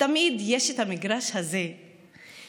תמיד יש את המגרש הזה שאני,